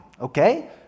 okay